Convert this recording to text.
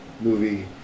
movie